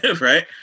right